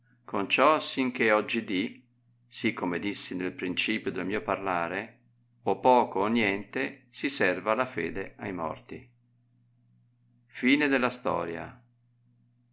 con ciò sin che oggidì sì come dissi nel rinci io del mio parlare o poco o niente si serva la fede ai morti